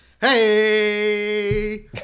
Hey